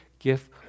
gift